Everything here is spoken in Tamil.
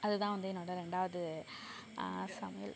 அதுதான் வந்து என்னோடய ரெண்டாவது சமையல்